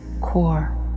core